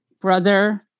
Brother